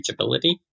reachability